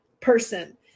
person